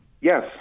Yes